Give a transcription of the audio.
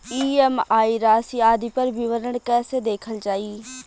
EMI राशि आदि पर विवरण कैसे देखल जाइ?